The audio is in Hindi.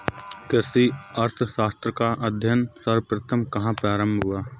कृषि अर्थशास्त्र का अध्ययन सर्वप्रथम कहां प्रारंभ हुआ?